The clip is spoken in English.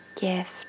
gift